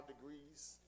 degrees